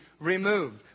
removed